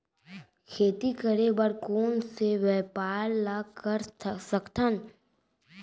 खेती करे बर कोन से व्यापार ला कर सकथन?